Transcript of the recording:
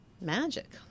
magic